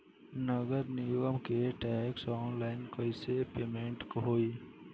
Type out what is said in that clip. नगर निगम के टैक्स ऑनलाइन कईसे पेमेंट होई?